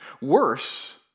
worse